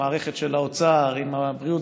המערכת של האוצר עם הבריאות,